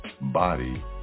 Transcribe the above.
body